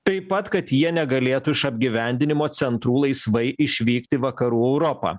taip pat kad jie negalėtų iš apgyvendinimo centrų laisvai išvykt į vakarų europą